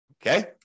Okay